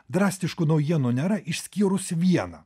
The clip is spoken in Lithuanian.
drastiškų naujienų nėra išskyrus vieną